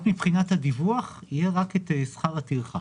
רק מבחינת הדיווח יהיה רק את שכר הטרחה